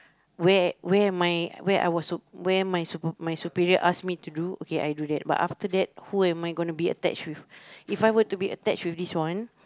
where where am I where our su~ where my sup~ my superior ask me to do okay I do that but after that who am I gonna be attached with If I were to be attached with this one